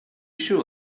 sure